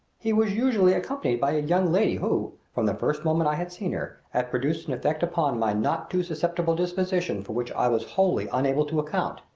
he was usually accompanied by a young lady who, from the first moment i had seen her, had produced an effect upon my not too susceptible disposition for which i was wholly unable to account,